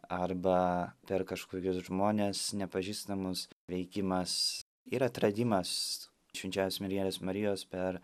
arba per kažkokius žmones nepažįstamus veikimas ir atradimas švenčiausios mergelės marijos per